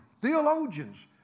theologians